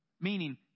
Meaning